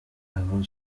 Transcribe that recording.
aho